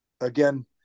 again